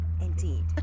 indeed